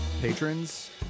patrons